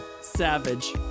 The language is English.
savage